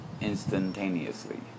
instantaneously